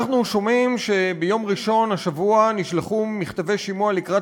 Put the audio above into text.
אנחנו שומעים שביום ראשון השבוע נשלחו מכתבי שימוע לקראת